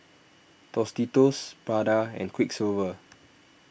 Tostitos Prada and Quiksilver